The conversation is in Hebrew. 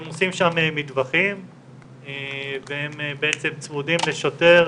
הם עושים שם מטווחים והם בעצם צמודים לשוטר,